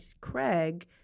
Craig